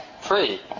free